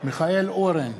מיכאל אורן,